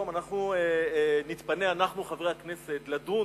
מכל מקום, נתפנה אנחנו, חברי הכנסת, לדון